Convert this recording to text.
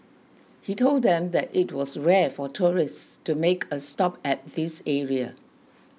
he told them that it was rare for tourists to make a stop at this area